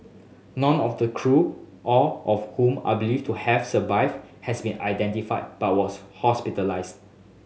none of the crew all of whom are believed to have survived has been identified but was hospitalised